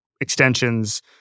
extensions